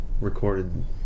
recorded